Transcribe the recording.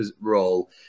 role